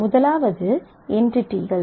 முதலாவது என்டிடிகள்